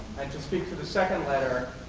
and to speak to the second letter,